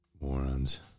Morons